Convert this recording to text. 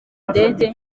ndege